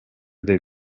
del